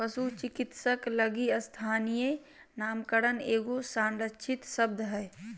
पशु चिकित्सक लगी स्थानीय नामकरण एगो संरक्षित शब्द हइ